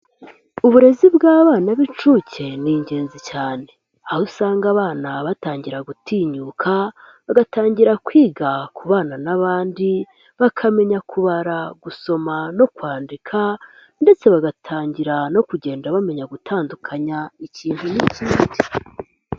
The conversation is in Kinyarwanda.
Uburezi bw'abana b'inshuke ni ingenzi cyane. Aho usanga abana batangira gutinyuka bagatangira kwiga kubana n'abandi, bakamenya kubara gusoma no kwandika ndetse bagatangira no kugenda bamenya gutandukanya ikintu n'ikindi.